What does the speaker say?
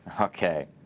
Okay